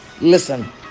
listen